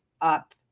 up